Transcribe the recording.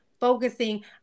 focusing